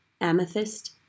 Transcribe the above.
amethyst